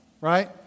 right